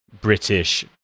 British